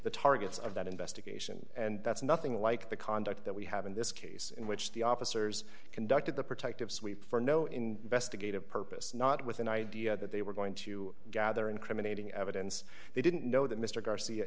the targets of that investigation and that's nothing like the conduct that we have in this case in which the officers conducted the protective sweep for no in investigative purposes not with an idea that they were going to gather incriminating evidence they didn't know that mr garcia